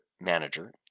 Manager